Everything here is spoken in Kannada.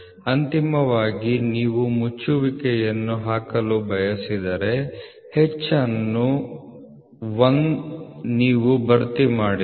ಅಂತಿಮವಾಗಿ ನೀವು ಮುಚ್ಚುವಿಕೆಯನ್ನು ಹಾಕಲು ಬಯಸಿದರೆ H ಅನ್ನು 1 ನೀವು ಭರ್ತಿ ಮಾಡಿಲ್ಲ